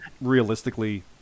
realistically